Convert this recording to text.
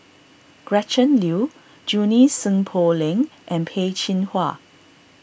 Gretchen Liu Junie Sng Poh Leng and Peh Chin Hua